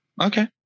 Okay